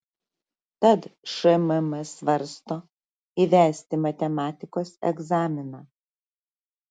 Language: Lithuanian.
tad šmm svarsto įvesti matematikos egzaminą